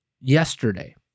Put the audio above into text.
yesterday